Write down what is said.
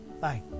bye